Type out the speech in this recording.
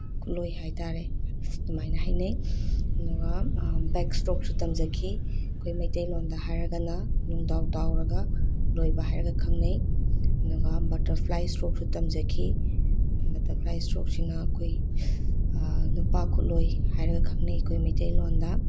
ꯈꯨꯂꯣꯏ ꯍꯥꯏꯇꯔꯦ ꯑꯗꯨꯃꯥꯏꯅ ꯍꯥꯏꯅꯩ ꯑꯗꯨꯒ ꯕꯦꯛ ꯏꯁꯇ꯭ꯔꯣꯛꯁꯨ ꯇꯝꯖꯈꯤ ꯑꯩꯈꯣꯏ ꯃꯩꯇꯩ ꯂꯣꯜꯗ ꯍꯥꯏꯔꯒꯅ ꯂꯣꯡꯇꯥꯎ ꯇꯥꯎꯔꯒ ꯂꯣꯏꯕ ꯍꯥꯏꯔꯒ ꯈꯪꯅꯩ ꯑꯗꯨꯒ ꯕꯇꯔꯐ꯭ꯂꯥꯏ ꯏꯁꯇ꯭ꯔꯣꯛꯁꯨ ꯇꯝꯖꯈꯤ ꯕꯇꯔꯐ꯭ꯂꯥꯏ ꯏꯁꯇ꯭ꯔꯣꯛꯁꯤꯅ ꯑꯩꯈꯣꯏ ꯅꯨꯄꯥ ꯈꯨꯂꯣꯏ ꯍꯥꯏꯔꯒ ꯈꯪꯅꯩ ꯑꯩꯈꯣꯏ ꯃꯩꯇꯩ ꯂꯣꯜꯗ